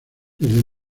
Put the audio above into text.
desde